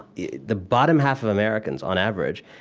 the the bottom half of americans, on average,